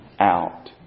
out